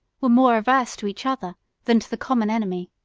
were more averse to each other than to the common enemy.